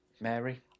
Mary